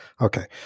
Okay